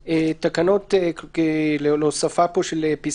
הוא סעיף הסמכות להתקין תקנות בתקופת תוקפה של ההכרזה,